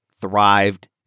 thrived